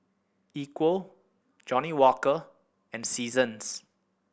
Equal Johnnie Walker and Seasons